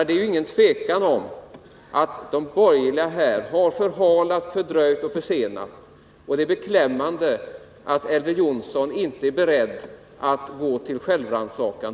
Det är inget tvivel om att de borgerliga här har förhalat, fördröjt och försenat. Det är beklämmande att Elver Jonsson inte är beredd att gå till självrannsakan.